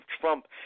Trump